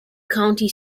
county